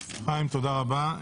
חיים, תודה רבה.